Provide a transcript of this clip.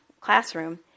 classroom